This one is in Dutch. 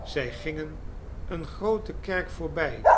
zij gingen eene groote kerk voorbij